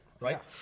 right